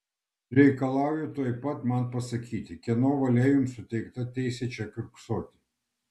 reikalauju tuojau pat man pasakyti kieno valia jums suteikta teisė čia kiurksoti